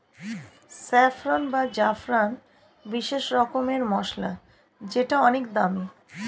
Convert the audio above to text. saffron বা জাফরান বিশেষ রকমের মসলা যেটা অনেক দামি